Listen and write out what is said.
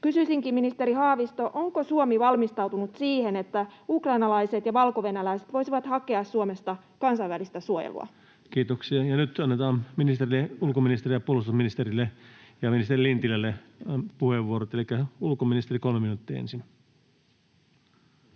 Kysyisinkin, ministeri Haavisto: onko Suomi valmistautunut siihen, että ukrainalaiset ja valkovenäläiset voisivat hakea Suomesta kansainvälistä suojelua? Kiitoksia. — Ja nyt annetaan ministereille, ulkoministerille ja puolustusministerille ja ministeri Lintilälle, puheenvuorot. — Elikkä ulkoministeri ensin,